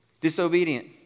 disobedient